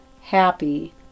happy